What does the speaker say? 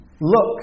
Look